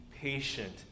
patient